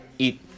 Eat